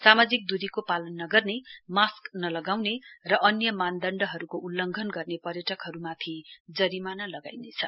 सामाजिक दूरीको पालन नगर्ने र मास्क नलगाउने र अन्य मानदण्डहरूको उलङ्घन गर्ने पर्यटनकहरूमाथि जरिमाना लगाइनेछ